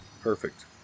perfect